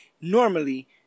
normally